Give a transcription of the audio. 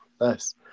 nice